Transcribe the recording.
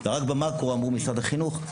ורק במאקרו אמרו משרד החינוך.